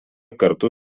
kartu